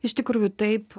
iš tikrųjų taip